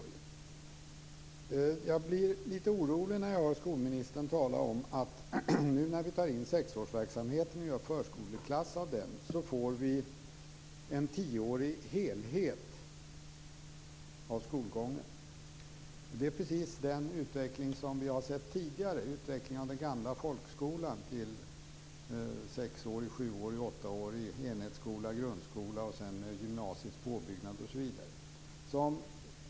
Jag blir litet orolig när jag hör skolministern tala om att skolgången blir en tioårig helhet när vi gör förskoleklass av sexårsverksamheten. Det är precis den utveckling som vi har sett tidigare. Den gamla folkskolan utvecklades till sexårig, sjuårig och åttaårig enhetsskola eller grundskola, och sedan kom gymnasiet som påbyggnad.